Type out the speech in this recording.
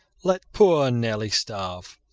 let poor nelly starve.